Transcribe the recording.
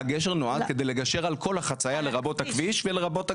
הגשר נועד כדי לגשר על כל החציה לרבות הכביש ולרבות הרכבת.